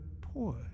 poor